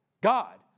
God